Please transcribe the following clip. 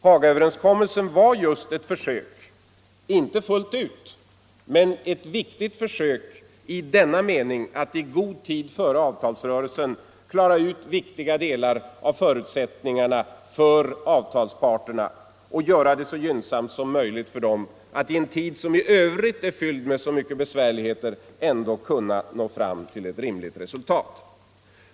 Hagaöverenskommelsen var just ett försök — inte fullt ut, men ändå viktigt i denna mening — att i god tid före avtalsrörelsen klara ut väsentliga delar av förutsättningarna för avtalsparterna och göra det möjligt för dem att i en tid som i övrigt är fylld av så många besvärligheter ändå kunna nå fram till ett rimligt resultat.